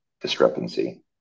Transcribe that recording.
discrepancy